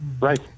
Right